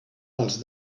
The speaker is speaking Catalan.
pels